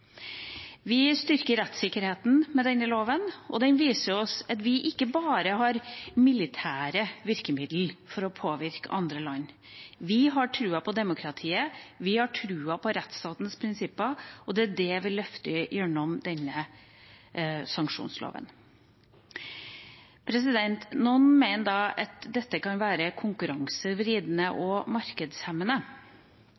Vi styrker rettssikkerheten med denne loven, og den viser oss at vi ikke bare har militære virkemiddel for å påvirke andre land. Vi har troen på demokratiet, vi har troen på rettsstatens prinsipper, og det er det vi løfter gjennom denne sanksjonsloven. Noen mener at dette kan være konkurransevridende